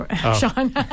Sean